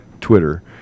Twitter